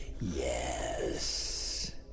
yes